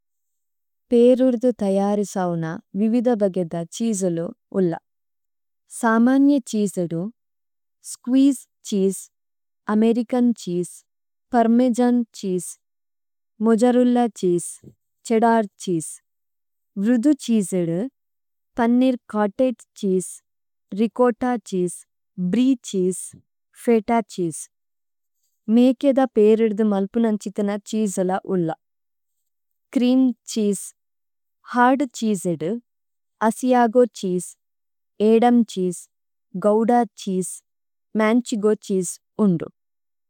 പേരുദ്ദു തയാരിസാവന വിവിദ ബഗെദ ചിസലു ഉള്ളാ। സാമാന്യ ചിസഡു സ്കീസ് cheese, American cheese, parmesan cheese, mozzarella cheese, cheddar cheese, വരുദു ചിസ്ദു paneer cottage cheese, ricotta cheese, brie cheese, feta � cheese, മേകേദാ പേരിഡുദു മല്പുനംചിതന ചിസ്ല ഉള്ള, ക്രിമ് ചിസ്, ഹാഡു ചിസ്ദു, asiago cheese, edam cheese, gouda cheese, manchego cheese ഉണ്ഡു।